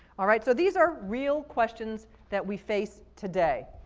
alright, so these are real questions that we face today.